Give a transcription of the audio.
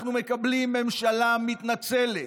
אנחנו מקבלים ממשלה מתנצלת.